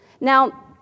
Now